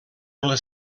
les